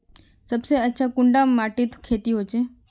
सबसे अच्छा कुंडा माटित खेती होचे?